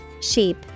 Sheep